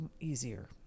easier